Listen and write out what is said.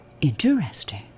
Interesting